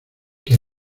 que